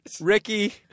Ricky